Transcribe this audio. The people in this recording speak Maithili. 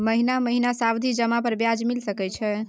महीना महीना सावधि जमा पर ब्याज मिल सके छै?